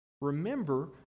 remember